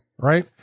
Right